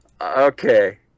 okay